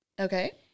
Okay